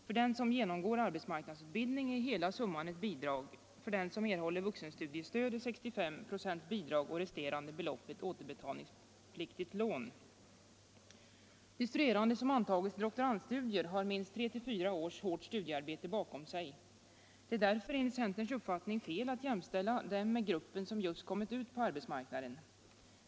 För den som genomgår arbetsmarknadsutbildning är hela summan ett bidrag, för den som erhåller vuxenstudiestöd är 65 96 bidrag och resterande belopp ett återbetalningspliktigt lån. De studerande som antagits till doktorandstudier har minst tre fyra års hårt studiearbete bakom sig. Det är därför enligt centerns uppfattning fel att jämställa dem med den grupp som just kommit ut på arbetsmarknaden.